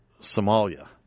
Somalia